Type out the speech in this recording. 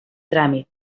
tràmit